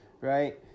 right